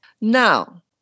Now